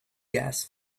gas